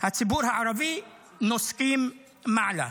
הציבור הערבי, נוסקים מעלה.